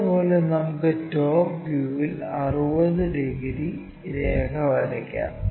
അതുപോലെ നമുക്ക് ടോപ്പ് വ്യൂവിൽ 60 ഡിഗ്രി രേഖ വരയ്ക്കാം